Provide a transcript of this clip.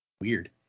Weird